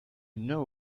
know